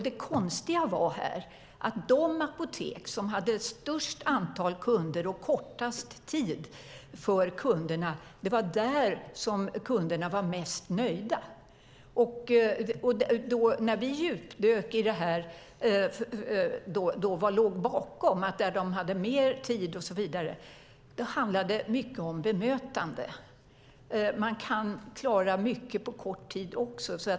Det konstiga var att de apotek som hade störst antal kunder och kortast tid för kunderna var de apotek där kunderna var mest nöjda. Vi djupdök i det här för att se vad som låg bakom. Det handlade mycket om bemötande. Man kan klara mycket på kort tid också.